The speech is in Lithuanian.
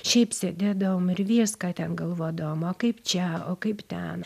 šiaip sėdėdavom ir viską ten galvodavom o kaip čia o kaip ten